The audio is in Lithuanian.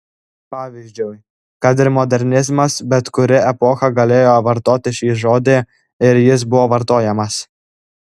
pavyzdžiui kad ir modernizmas bet kuri epocha galėjo vartoti šį žodį ir jis buvo vartojamas